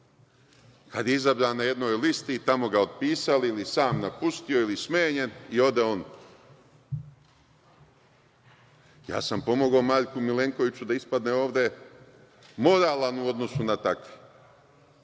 kada je izabran na jednoj listi, a oni ga otpisali ili je sam napustio ili je smenjen i ode on. Ja sam pomogao Marku Milenkoviću da ispadne ovde moralan u odnosu na takve,